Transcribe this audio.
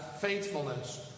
faithfulness